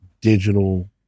digital